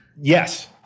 yes